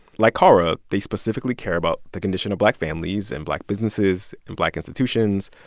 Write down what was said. like kara, they specifically care about the condition of black families and black businesses and black institutions.